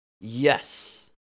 Yes